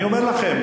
אני אומר לכם,